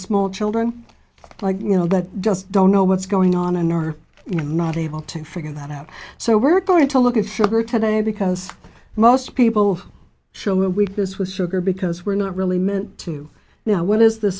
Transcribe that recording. small children like you know that just don't know what's going on and are not able to figure that out so we're going to look at sugar today because most people show weakness with sugar because we're not really meant to now what is this